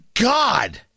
God